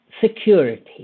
security